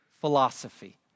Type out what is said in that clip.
philosophy